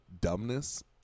dumbness